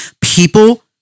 People